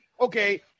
okay